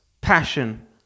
passion